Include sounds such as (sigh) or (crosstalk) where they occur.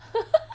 (laughs)